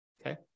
Okay